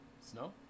Snow